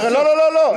לא לא לא,